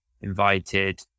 invited